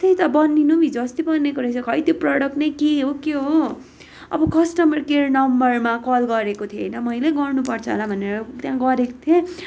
त्यही त बनिनु पनि हिजो अस्ति बनिएको रहेछ खै त्यो प्रडक्ट नै के हो के हौ अब कस्टमर केयर नम्बरमा कल गरेको थिएँ होइन मैले गर्नुपर्छ होला भनेर त्यहाँ गरेको थिएँ